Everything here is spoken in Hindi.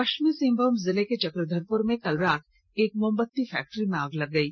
पश्चिमी सिंहभूम जिले के चक्रधरपुर में कल रात एक मोमबत्ती फैक्ट्री में आग लग गयी